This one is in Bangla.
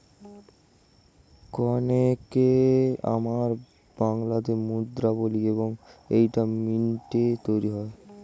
কয়েনকে আমরা বাংলাতে মুদ্রা বলি এবং এইটা মিন্টে তৈরী হয়